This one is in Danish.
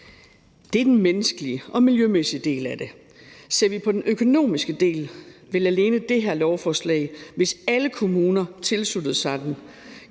Det er den menneskelige og miljømæssige del af det. Ser vi på den økonomiske del, vil alene det her lovforslag, hvis alle kommuner tilsluttede sig det,